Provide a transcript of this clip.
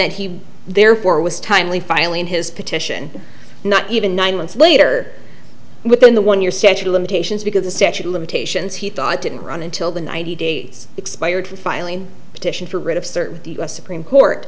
that he therefore was timely filing his petition not even nine months later within the one year statute of limitations because the statute of limitations he thought didn't run until the ninety days expired for filing a petition for writ of certiorari supreme court